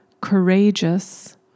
courageous